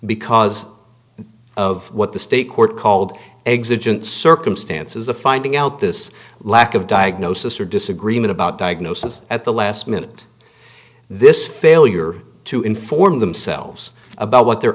because of what the state court called existent circumstances a finding out this lack of diagnosis or disagreement about diagnosis at the last minute this failure to inform themselves about what their